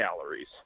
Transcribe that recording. calories